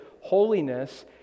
Holiness